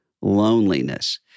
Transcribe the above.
loneliness